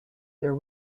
there